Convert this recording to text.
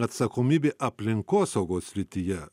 atsakomybė aplinkosaugos srityje